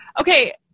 okay